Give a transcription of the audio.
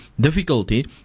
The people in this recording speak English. difficulty